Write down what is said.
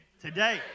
Today